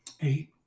Eight